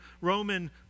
Roman